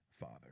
Father